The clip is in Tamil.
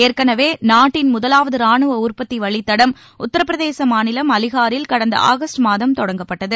ஏற்கனவே நாட்டின் முதலாவது ராணுவ உற்பத்தி வழித்தடம் உத்தரப்பிரதேச மாநிலம் அலிகாரில் கடந்த ஆகஸ்ட் மாதம் தொடங்கப்பட்டது